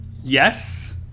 yes